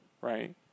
right